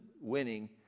winning